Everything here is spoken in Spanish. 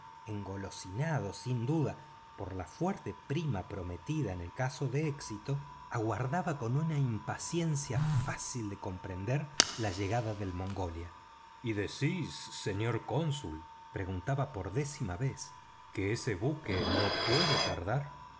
el detective engolosinado sin duda por la fuerte prima prometida en caso de éxito aguardaba con una impaciencia fácil de comprender la llegada del mongolia y decís señor cónsul preguntó por décima vez que ese buque no puede tardar